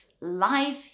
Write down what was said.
life